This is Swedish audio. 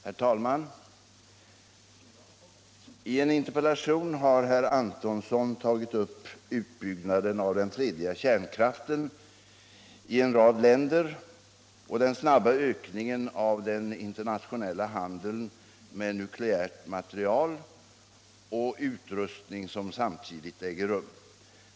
Herr talman! I en interpellation har herr Antonsson tagit upp utbyggnaden av den fredliga kärnkraften i en rad länder och den snabba ökningen av den internationella handeln med nukleärt material och utrustning som samtidigt äger rum.